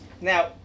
Now